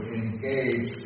engage